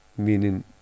meaning